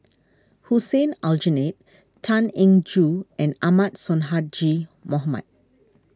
Hussein Aljunied Tan Eng Joo and Ahmad Sonhadji Mohamad